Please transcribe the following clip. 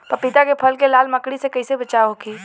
पपीता के फल के लाल मकड़ी से कइसे बचाव होखि?